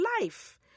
life